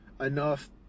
enough